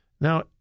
Now